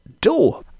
door